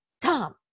Tom